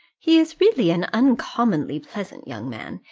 he is really an uncommonly pleasant young man,